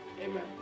Amen